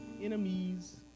enemies